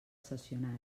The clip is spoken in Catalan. cessionari